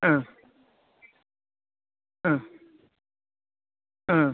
ആ ആ ആ